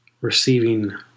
receiving